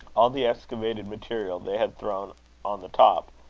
all the excavated material they had thrown on the top,